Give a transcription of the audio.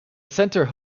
center